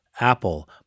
Apple